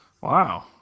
Wow